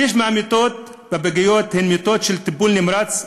שליש מהמיטות בפגיות הן מיטות של טיפול נמרץ,